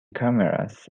cameras